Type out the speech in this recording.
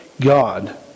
God